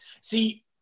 See